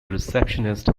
receptionist